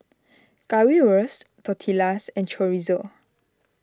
Currywurst Tortillas and Chorizo